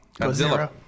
Godzilla